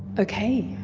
okay,